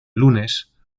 lunes